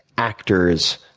actors,